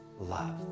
love